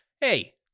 hey